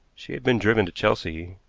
she had been driven to chelsea,